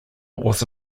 was